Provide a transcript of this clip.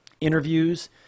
interviews